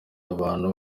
abantu